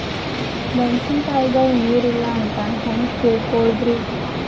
ಮೆಣಸಿನಕಾಯಗ ನೀರ್ ಇಲ್ಲ ಅಂತ ಹೆಂಗ್ ತಿಳಕೋಳದರಿ?